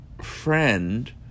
friend